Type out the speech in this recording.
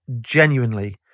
genuinely